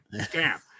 scam